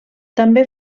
també